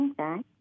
Okay